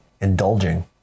indulging